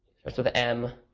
starts with a m